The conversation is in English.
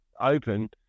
open